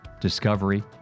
discovery